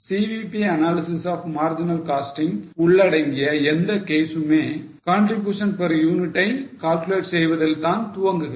CVP analysis of marginal costing உள்ளடங்கிய எந்த கேசுமே contribution per unit ஐ calculate செய்வதில் தான் துவங்குகிறது